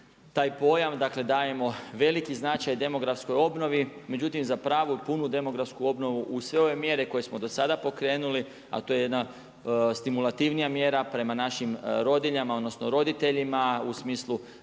taj pojam, dakle dajemo veliki značaj demografskoj obnovi, međutim za pravu i punu demografsku obnovu uz sve ove mjere koje smo do sada pokrenuli, a to je jedna stimulativnija mjera prema našim roditeljima odnosno rodiljama u smislu